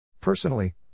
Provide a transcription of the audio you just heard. Personally